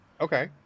Okay